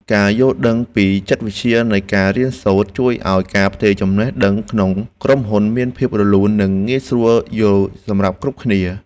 ការយល់ដឹងពីចិត្តវិទ្យានៃការរៀនសូត្រ ជួយឱ្យការផ្ទេរចំណេះដឹងក្នុងក្រុមហ៊ុនមានភាពរលូននិងងាយស្រួលយល់សម្រាប់គ្រប់គ្នា។